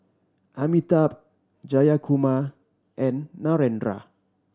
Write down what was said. Amitabh Jayakumar and Narendra